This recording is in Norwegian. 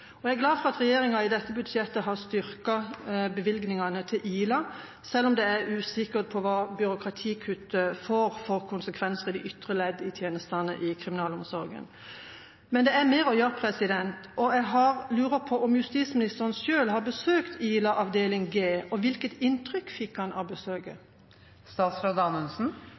Jeg er glad for at regjeringa i dette budsjettet har styrket bevilgningene til Ila, selv om det er usikkert hva byråkratikuttet får av konsekvenser i de ytre ledd i tjenestene i kriminalomsorgen. Men det er mer å gjøre. Jeg lurer på om justisministeren selv har besøkt Ila, avdeling G, og hvilket inntrykk fikk han av besøket?